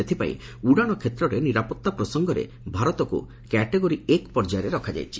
ସେଇଥିପାଇଁ ଉଡ଼ାଣ କ୍ଷେତ୍ରରେ ନିରାପତ୍ତା ପ୍ରସଙ୍ଗରେ ଭାରତକୁ କ୍ୟାଟାଗୋରି ଏକ ପର୍ଯ୍ୟାୟରେ ରଖାଯାଇଛି